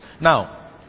Now